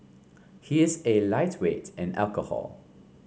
he is a lightweight in alcohol